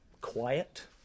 quiet